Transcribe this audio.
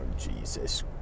Jesus